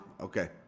Okay